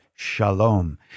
Shalom